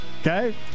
Okay